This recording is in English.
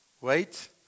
Wait